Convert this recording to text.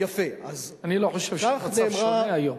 אני לא חושב שהמצב שונה היום.